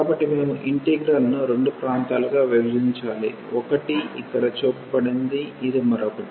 కాబట్టి మేము ఈ ఇంటిగ్రల్ ను రెండు ప్రాంతాలుగా విభజించాలి ఒకటి ఇక్కడ చూపబడింది ఇది మరొకటి